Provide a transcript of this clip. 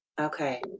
okay